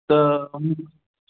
त